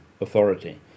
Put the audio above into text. authority